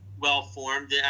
well-formed